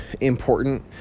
important